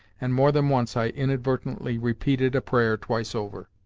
and more than once i inadvertently repeated a prayer twice over.